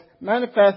manifest